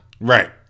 Right